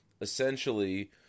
essentially